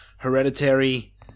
Hereditary